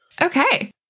Okay